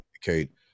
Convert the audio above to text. communicate